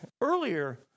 earlier